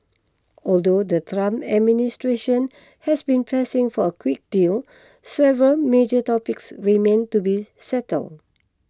although the Trump administration has been pressing for a quick deal several major topics remain to be settled